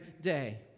day